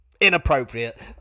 inappropriate